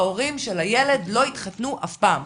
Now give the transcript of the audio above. ההורים של הילד לא התחתנו אף פעם.